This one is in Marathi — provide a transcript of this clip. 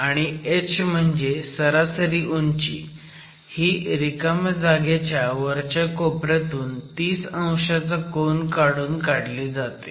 आणि H म्हणजे सरासरी उंची ही रिकाम्या जागेच्या वरच्या कोपऱ्यातून 30 अंशाचा कोन काढून काढली जाते